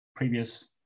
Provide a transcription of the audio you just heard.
previous